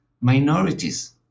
minorities